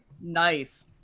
Nice